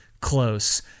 close